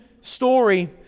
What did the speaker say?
story